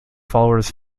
followers